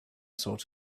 sort